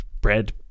bread